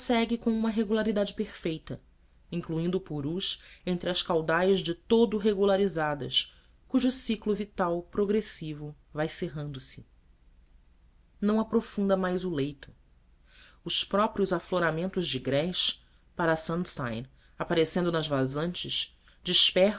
com uma regularidade perfeita incluindo o purus entre as caudais de todo regularizadas cujo ciclo vital progressivo vai cerrando se não aprofunda mais o leito os próprios afloramentos de grés parasandstein aparecendo nas vazantes